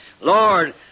Lord